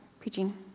preaching